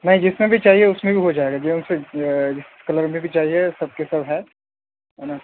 نہیں جس میں بھی چاہیے اس میں بھی ہو جائے گا جون سی کلر میں بھی چاہیے سب کے سب ہے ہیں